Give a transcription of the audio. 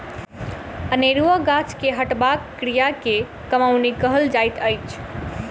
अनेरुआ गाछ के हटयबाक क्रिया के कमौनी कहल जाइत अछि